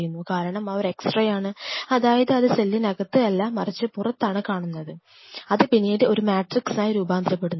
കാരണം അവ എക്സ്ട്രായാണ് അതായത് അത് സെല്ലിനകത്ത് അല്ല മറിച്ച് പുറത്താണ് കാണുന്നത് അത് പിന്നീട് ഒരു മാട്രിക്സ് ആയി രൂപാന്തരപ്പെടുന്നു